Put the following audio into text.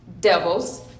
devils